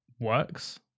works